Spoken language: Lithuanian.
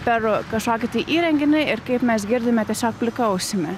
per kažkokį tai įrenginį ir kaip mes girdime tiesiog plika ausimi